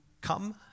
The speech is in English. come